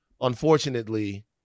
unfortunately